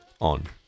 on